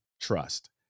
trust